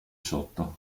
sotto